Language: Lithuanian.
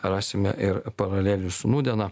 rasime ir paralelių su nūdiena